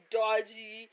dodgy